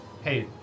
Hey